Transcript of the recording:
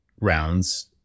rounds